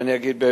ואני אגיד.